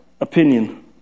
opinion